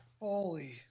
Holy